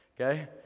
Okay